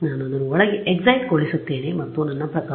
ಆದ್ದರಿಂದ ನಾನು ಇದನ್ನು ಒಳಗೆ ಎಕ್ಸೈಟ್ಗೊಳಿಸುತ್ತೇನೆ ಮತ್ತು ನನ್ನ ಪ್ರಕಾರ